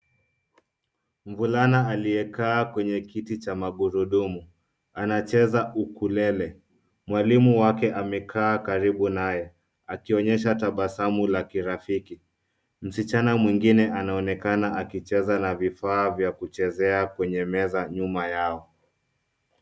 Mvulana aliyekaa kwenye kiti cha magurudumu, anacheza ukulele. Mwalimu wake amekaa karibu naye akionyesha tabasamu la kirafiki. Msichana mwingine anaonekana akicheza na vifaa vya kuchezea kwenye meza nyuma yao.